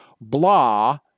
blah